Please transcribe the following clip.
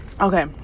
Okay